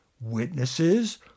witnesses